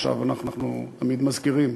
עכשיו אנחנו תמיד מזכירים.